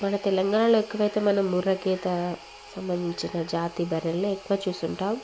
మన తెలంగాణలో ఎక్కువ అయితే మనం ముర్రె గేదె జాతి సంబంధించిన బర్రెలని ఎక్కువ చూసి ఉంటాము